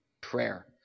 Prayer